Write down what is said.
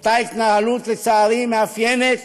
אותה התנהלות, לצערי, מאפיינת